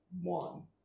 one